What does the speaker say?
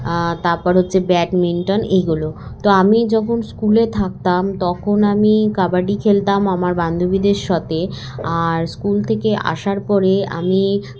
তারপর হচ্ছে ব্যাডমিন্টন এগুলো তো আমি যখন স্কুলে থাকতাম তখন আমি কাবাডি খেলতাম আমার বান্ধবীদের সাথে আর স্কুল থেকে আসার পরে আমি